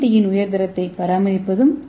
D யின் உயர் தரத்தை பராமரிப்பதும் கடினம்